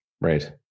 Right